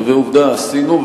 ועובדה, עשינו.